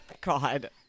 God